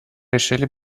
решили